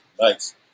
nice